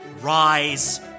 rise